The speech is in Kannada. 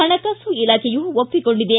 ಹಣಕಾಸು ಇಲಾಖೆಯೂ ಒಪ್ಪಿಕೊಂಡಿದೆ